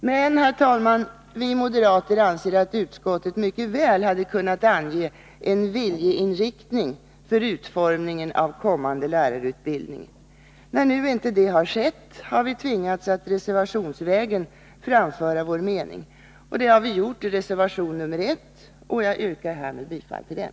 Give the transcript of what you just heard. Men, herr talman, vi moderater anser att utskottet mycket väl hade kunnat ange en viljeinriktning för utformningen av en kommande lärarutbildning. När nu inte detta skett, har vi tvingats att reservationsvägen framföra vår mening. Det har vi gjort i reservation 1, och jag yrkar härmed bifall till den.